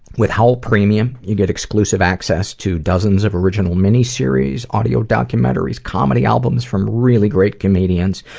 with howl premium you get exclusive access to dozens of original mini-series, audio documentaries, comedy albums from really great comedians,